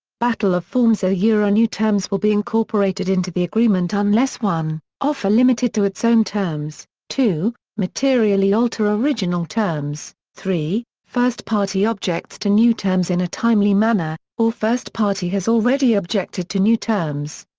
battle of forms ah new terms will be incorporated into the agreement unless one offer limited to its own terms, two materially alter original terms, three first party objects to new terms in a timely manner, or first party has already objected to new terms.